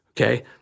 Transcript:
okay